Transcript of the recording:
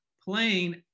playing